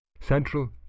Central